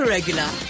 Regular